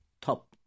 top